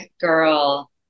girl